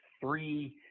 three